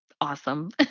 awesome